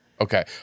Okay